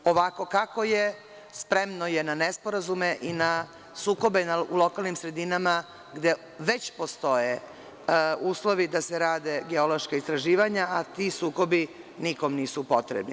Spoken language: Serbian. Ovako kako je, spremno je na nesporazume i na sukobe u lokalnim sredinama gde već postoje uslovi da se rade geološka istraživanja, a ti sukobi nikome nisu potrebni.